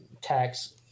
tax